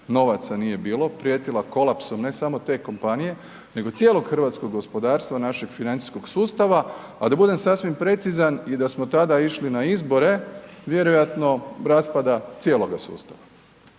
novaca nije bilo, prijetila kolapsom ne samo te kompanije nego cijelog hrvatskog gospodarstva našeg financijskog sustava a da budem sasvim precizan i da smo tada išli na izbore, vjerojatno raspada cijeloga sustava,